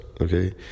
Okay